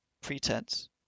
pretense